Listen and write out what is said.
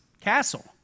castle